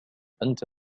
أنت